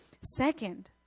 Second